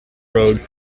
road